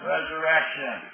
Resurrection